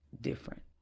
different